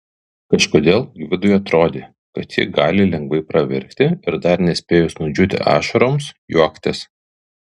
kažkodėl gvidui atrodė kad ji gali lengvai pravirkti ir dar nespėjus nudžiūti ašaroms juoktis